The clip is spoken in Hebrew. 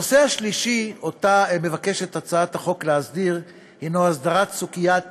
הנושא השלישי שמוצע להסדיר בהצעת החוק הוא הסדרת סוגיית